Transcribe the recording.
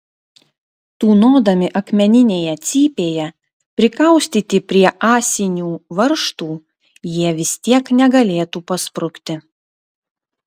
tūnodami akmeninėje cypėje prikaustyti prie ąsinių varžtų jie vis tiek negalėtų pasprukti